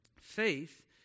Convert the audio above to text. Faith